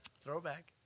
Throwback